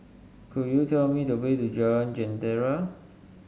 could you tell me the way to Jalan Jentera